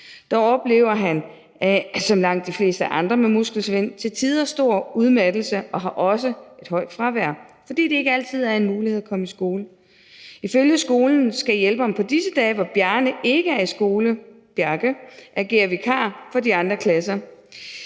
Der oplever han som langt de fleste andre med muskelsvind til tider stor udmattelse, og han har også et højt fravær, fordi det ikke altid er en mulighed at komme i skole. Ifølge skolen skal hjælperen på disse dage, hvor Bjarke ikke er i skole, agere vikar i de andre klasser.